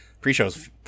Pre-show's